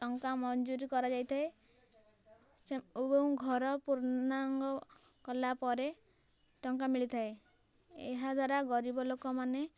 ଟଙ୍କା ମଞ୍ଜୁରି କରାଯାଇଥାଏ ସେ ଏବଂ ଘର ପୂର୍ଣ୍ଣାଙ୍ଗ କଲା ପରେ ଟଙ୍କା ମିଳିଥାଏ ଏହା ଦ୍ୱାରା ଗରିବ ଲୋକ ମାନେ